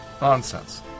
nonsense